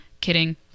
Kidding